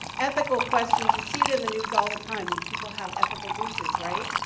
ethical questions, you see that in the news all the time when people have ethical breaches, right.